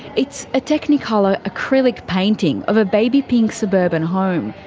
it's a technicolour acrylic painting of a baby pink suburban home,